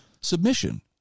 submission